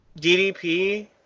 DDP